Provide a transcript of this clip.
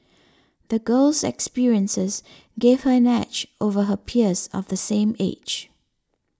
the girl's experiences gave her an edge over her peers of the same age